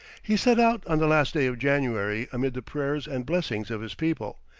he set out on the last day of january amid the prayers and blessings of his people,